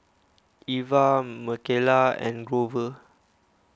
Ivah Michaela and Grover